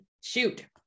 Shoot